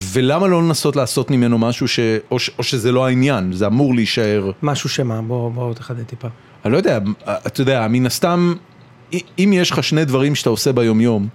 ולמה לא לנסות לעשות ממנו משהו, או שזה לא העניין, זה אמור להישאר... משהו שמע, בוא תחדד טיפה. אני לא יודע, אתה יודע, מן הסתם, אם יש לך שני דברים שאתה עושה ביומיום...